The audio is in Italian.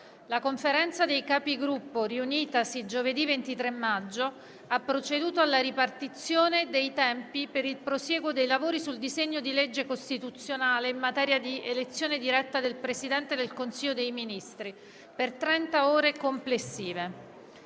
La Conferenza dei Capigruppo, riunitasi giovedì 23 maggio, ha proceduto alla ripartizione dei tempi per il prosieguo dei lavori sul disegno di legge costituzionale in materia di elezione diretta del Presidente del Consiglio dei ministri per trenta ore complessive.